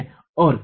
सही